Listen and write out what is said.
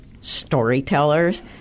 storytellers